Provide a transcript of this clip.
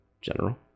General